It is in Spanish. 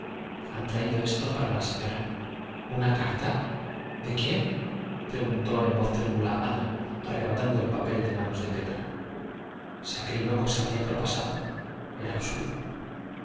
han traído esto para la señora una carta de quién preguntó en voz trémula ana arrebatando el papel de manos de petra si aquel loco se habría propasado era absurdo